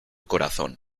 corazón